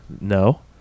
No